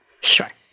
Sure